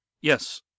Yes